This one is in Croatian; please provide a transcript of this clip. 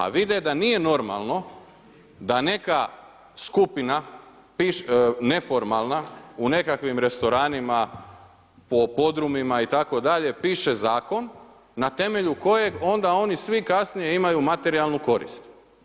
A vide da nije normalno da neka skupina neformalna u nekakvim restoranima po podrumima itd. piše zakon na temelju kojeg onda oni svi kasnije imaju materijalnu korist.